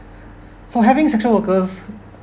so having sexual workers